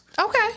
Okay